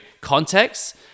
context